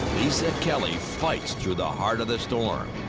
lisa kelly fights through the heart of the storm.